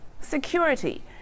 Security